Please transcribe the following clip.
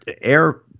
air